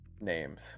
names